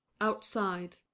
outside